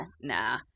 Nah